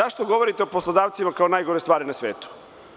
Zašto govorite o poslodavcima kao o najgoroj stvari na svetu?